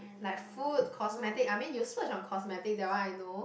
like food cosmetic I mean you splurge on cosmetic that one I know